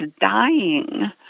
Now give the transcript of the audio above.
dying